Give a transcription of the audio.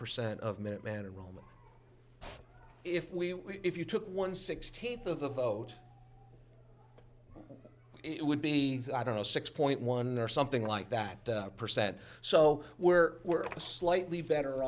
percent of minuteman aroma if we if you took one sixteenth of the vote it would be i don't know six point one or something like that percent so we're we're a slightly better